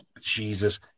Jesus